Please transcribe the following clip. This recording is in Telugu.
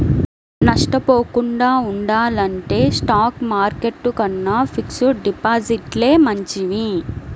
నష్టపోకుండా ఉండాలంటే స్టాక్ మార్కెట్టు కన్నా ఫిక్స్డ్ డిపాజిట్లే మంచివి